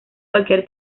cualquier